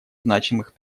значимых